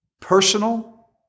personal